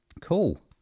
Cool